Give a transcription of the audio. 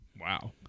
Wow